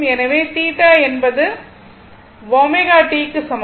எனவே θ என்பது ω t க்கு சமம்